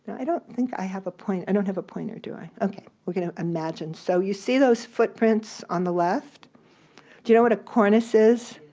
i don't think i have a pointer. i don't have a pointer do i? we're going to imagine. so you see those footprints on the left do you know what a cornice is?